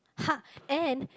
ha and